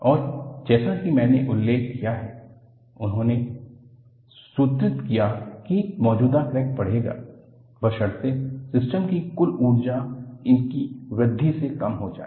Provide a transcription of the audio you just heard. और जैसा कि मैंने उल्लेख किया है उन्होंने सूत्रित किया कि मौजूदा क्रैक बढ़ेगा बशर्ते सिस्टम की कुल ऊर्जा इसकी वृद्धि से कम हो जाए